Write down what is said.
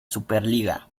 superliga